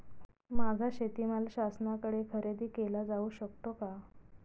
माझा शेतीमाल शासनाकडे खरेदी केला जाऊ शकतो का?